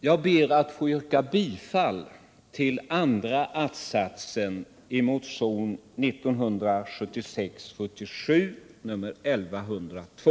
Jag ber att få yrka bifall till yrkande 2 i motionen 1976/77:1102.